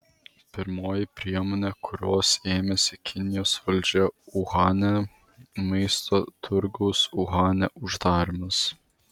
pirmoji priemonė kurios ėmėsi kinijos valdžia uhane maisto turgaus uhane uždarymas